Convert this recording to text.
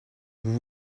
vous